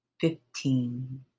fifteen